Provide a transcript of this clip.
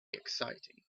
exciting